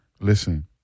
Listen